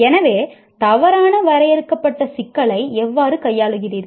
எனவே தவறான வரையறுக்கப்பட்ட சிக்கலை எவ்வாறு கையாளுகிறீர்கள்